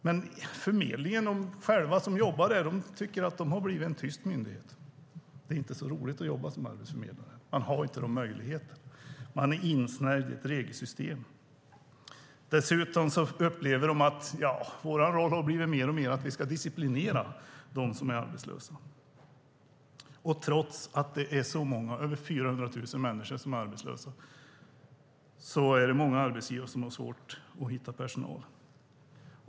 De som jobbar på Arbetsförmedlingen tycker att den har blivit en tyst myndighet. Det är inte så roligt att jobba som arbetsförmedlare. De har inte de möjligheter de borde ha och är insnärjda i ett regelsystem. Dessutom upplever de att deras roll alltmer har blivit att disciplinera dem som är arbetslösa. Trots att det är så många som 400 000 människor som är arbetslösa är det många arbetsgivare som har svårt att hitta personal.